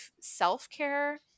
self-care